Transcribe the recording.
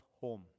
home